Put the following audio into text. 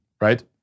right